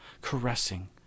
Caressing